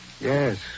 Yes